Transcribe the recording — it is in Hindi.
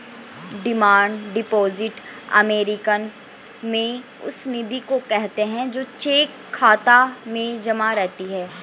डिमांड डिपॉजिट अमेरिकन में उस निधि को कहते हैं जो चेक खाता में जमा रहती है